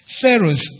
Pharaoh's